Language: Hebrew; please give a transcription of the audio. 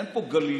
שאין פה גליות.